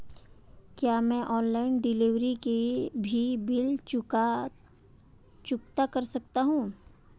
क्या मैं online delivery के भी बिल चुकता कर सकता हूँ?